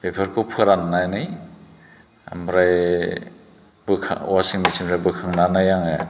बेफोरखौ फोराननानै ओमफ्राय वासिं मेशिननिफ्राय बोखांनानै आङो